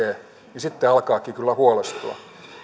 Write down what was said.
niin sitten alkaakin kyllä huolestua